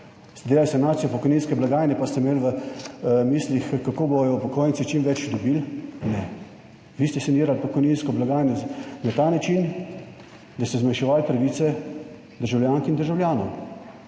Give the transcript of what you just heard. delali sanacijo pokojninske blagajne, pa ste imeli v mislih, kako bodo upokojenci čim več dobili? Ne. Vi ste sanirali pokojninsko blagajno na ta način, da ste zmanjševali pravice državljank in državljanov.